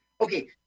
Okay